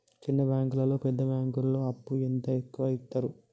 చిన్న బ్యాంకులలో పెద్ద బ్యాంకులో అప్పు ఎంత ఎక్కువ యిత్తరు?